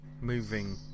moving